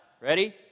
Ready